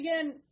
again